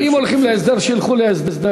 אם הולכים להסדר שילכו להסדר,